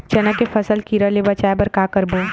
चना के फसल कीरा ले बचाय बर का करबो?